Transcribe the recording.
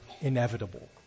inevitable